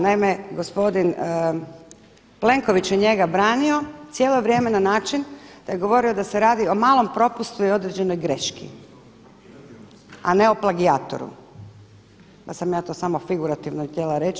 Naime, gospodin Plenković je njega branio cijelo vrijeme na način da je govorio da se radi o malom propustu i određenoj greški, a ne o plagijatoru, pa sam ja to samo figurativno i htjela reći.